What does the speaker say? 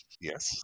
yes